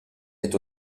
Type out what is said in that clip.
est